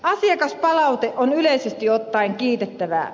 asiakaspalaute on yleisesti ottaen kiitettävää